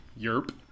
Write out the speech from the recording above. Yerp